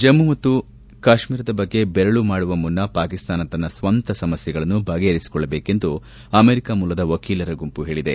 ಜಮ್ನು ಮತ್ತು ಕಾಶ್ನೀರದ ಬಗ್ಗೆ ಬೆರಳು ಮಾಡುವ ಮುನ್ನ ಪಾಕಿಸ್ತಾನ ತನ್ನ ಸ್ವಂತ ಸಮಸ್ನೆಗಳನ್ನು ಬಗೆಹರಿಸಿಕೊಳ್ಳಬೇಕೆಂದು ಅಮೆರಿಕ ಮೂಲದ ವಕೀಲರ ಗುಂಪು ಹೇಳಿದೆ